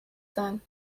sein